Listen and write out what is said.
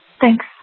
Thanks